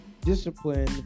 discipline